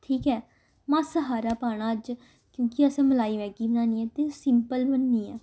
ठीक ऐ मासा हारा पाना अज्ज क्योंकि असें मलाई मैगी बनानी ऐ ते सिंपल बननी ऐ